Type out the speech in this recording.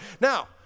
Now